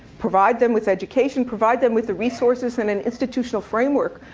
provide them with education, provide them with the resources and an institutional framework,